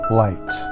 light